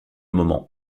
moment